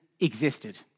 Existed